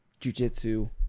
jujitsu